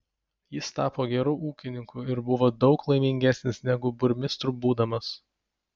jis tapo geru ūkininku ir buvo daug laimingesnis negu burmistru būdamas